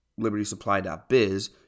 libertysupply.biz